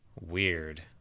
Weird